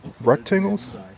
rectangles